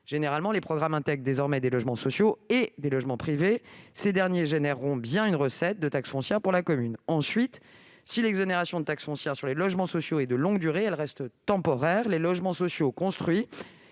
Généralement, ils intègrent logements sociaux et logements privés, et ces derniers produiront bien une recette de taxe foncière pour la commune. Par ailleurs, si l'exonération de taxe foncière sur les logements sociaux est de longue durée, elle reste temporaire. Les logements sociaux construits